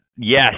Yes